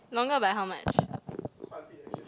longer by how much